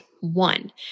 one